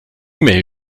mail